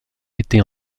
été